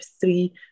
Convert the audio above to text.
three